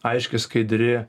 aiški skaidri